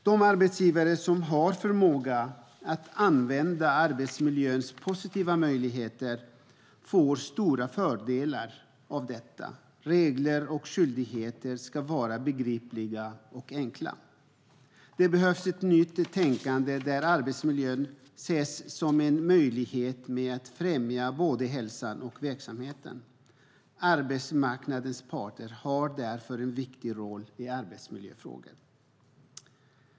De arbetsgivare som har förmåga att använda arbetsmiljöns positiva möjligheter får stora fördelar av detta. Regler och skyldigheter ska vara begripliga och enkla. Det behövs ett nytt tänkande där arbetsmiljön ses som en möjlighet att främja både hälsan och verksamheten. Arbetsmarknadens parter har därför en viktig roll i arbetsmiljöfrågor.